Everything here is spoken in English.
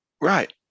Right